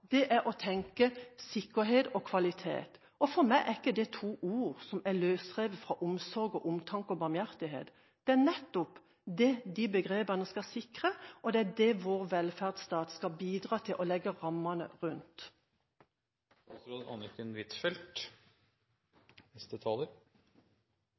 oppgave nå: å tenke sikkerhet og kvalitet. For meg er ikke det to ord som er løsrevet fra omsorg, omtanke og barmhjertighet. Det er nettopp det de begrepene skal sikre, og det er det vår velferdsstat skal bidra til å legge rammene